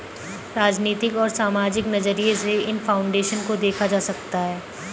राजनीतिक और सामाजिक नज़रिये से इन फाउन्डेशन को देखा जा सकता है